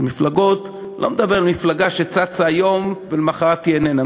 אני לא מדבר על מפלגה שצצה היום ולמחרת היא איננה.